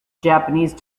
japanese